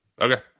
Okay